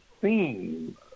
theme